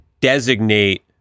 designate